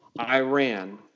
Iran